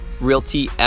realty